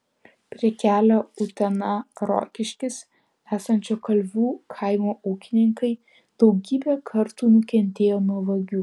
prie kelio utena rokiškis esančio kalvių kaimo ūkininkai daugybę kartų nukentėjo nuo vagių